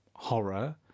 horror